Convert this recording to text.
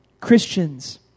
Christians